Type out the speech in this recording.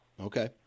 Okay